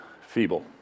feeble